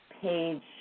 page